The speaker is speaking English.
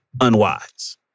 unwise